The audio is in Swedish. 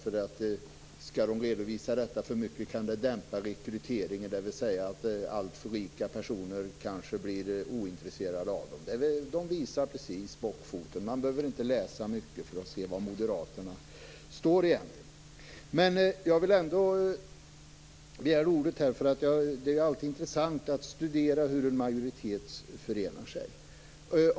Om de skall redovisa för mycket kan det dämpa rekryteringen, dvs. alltför rika personer blir kanske ointresserade av uppdragen. Moderaterna visar bockfoten. Man behöver inte läsa mycket för att se var moderaterna egentligen står. Jag begärde ändå ordet därför att det alltid är intressant att studera hur en majoritet förenar sig.